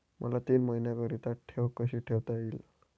मला तीन महिन्याकरिता ठेव कशी ठेवता येईल?